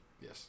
Yes